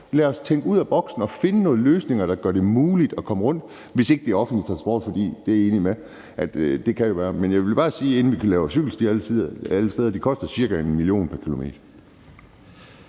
Lad os tænke ud af boksen og finde nogle løsninger, der gør det muligt at komme rundt, hvis ikke det er offentlig transport, for jeg er enig i, at det kan det jo være. Men jeg vil bare sige, inden vi laver cykelstier alle steder, at de koster ca. 1 mio. kr. pr. kilometer.